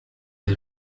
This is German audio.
der